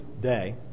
day